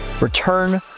return